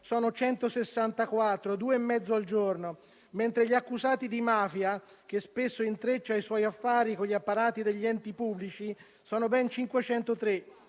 sono 164, ossia 2,5 al giorno, mentre gli accusati di mafia, che spesso intreccia i suoi affari con gli apparati degli enti pubblici, sono ben 503,